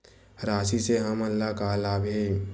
राशि से हमन ला का लाभ हे?